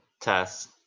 test